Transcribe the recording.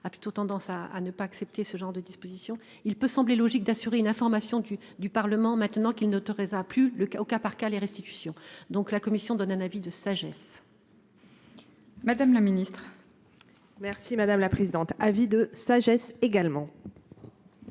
a plutôt tendance à, à ne pas accepter ce genre de disposition il peut sembler logique d'assurer une information du du parlement maintenant qu'il n'autorisera plus le cas au cas par cas les restitutions donc la commission donne un avis de sagesse. Madame la Ministre. Merci madame la présidente, avis de sagesse également.